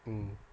mm